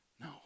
No